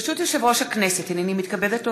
ברשות יושב-ראש הכנסת, הנני מתכבדת להודיעכם,